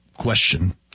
question